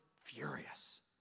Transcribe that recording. furious